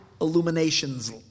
illuminations